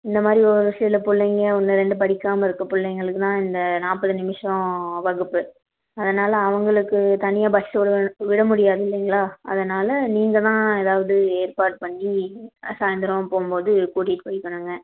இந்தமாதிரி ஒருசில பிள்ளைங்க ஒன்று ரெண்டு படிக்காமால் இருக்க பிள்ளைங்களுக்குதான் இந்த நாற்பது நிமிஷம் வகுப்பு அதனால அவங்களுக்கு தனியாக பஸ் விட விடமுடியாது இல்லைங்களா அதனால் நீங்கள்தான் எதாவது ஏற்பாடு பண்ணி சாய்ந்திரம் போகும்போது கூட்டிகிட்டு போய்க்கணுங்க